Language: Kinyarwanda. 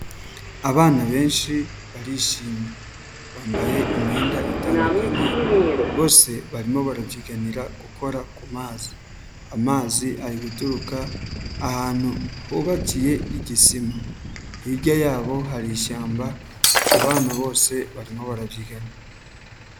Abana benshi barishimye, bambaye imyenda itandukanye bose barimo barabyiganira gukora ku mazi, amazi ari guturuka ahantu hubakiye igisima, hirya yabo hari ishyamba, abo bana bose barimo barabyigana